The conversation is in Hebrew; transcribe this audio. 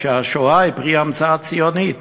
שהשואה היא פרי המצאה ציונית.